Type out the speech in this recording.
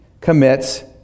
commits